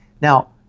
Now